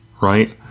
right